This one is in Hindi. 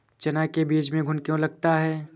चना के बीज में घुन क्यो लगता है?